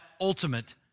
ultimate